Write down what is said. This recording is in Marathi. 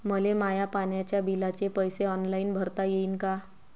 मले माया पाण्याच्या बिलाचे पैसे ऑनलाईन भरता येईन का?